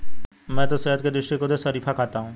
मैं तो सेहत के दृष्टिकोण से शरीफा खाता हूं